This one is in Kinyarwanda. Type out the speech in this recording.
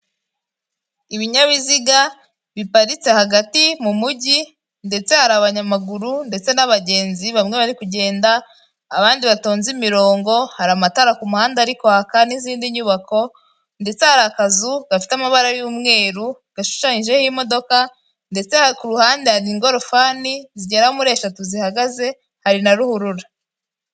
Ibinyabiziga biparitse hagati mu mujyi ndetse hari abanyamaguru ndetse n'abagenzi, bamwe bari kugenda abandi batonze imirongo, hari amatara ku muhanda ari kwaka n'izindi nyubako, ndetse hari akazu gafite amabara y'umweru gashushanyijeho imodoka, ndetse ku ruhande hari ingororofani zigera muri eshatu zihagaze hari na ruhurura.